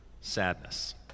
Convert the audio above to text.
sadness